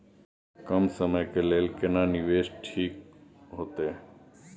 कम समय के लेल केना निवेश ठीक होते?